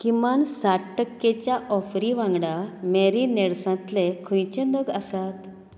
किमान साठ टक्केच्या ऑफरी वांगडा मॅरिनेड्सांतले खंयचे नग आसात